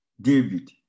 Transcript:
david